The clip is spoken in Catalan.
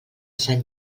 sant